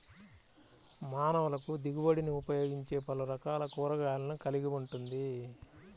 మానవులకుదిగుబడినిఉపయోగించేపలురకాల కూరగాయలను కలిగి ఉంటుంది